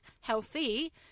healthy